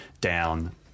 down